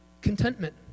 contentment